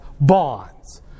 bonds